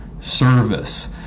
Service